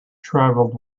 travelled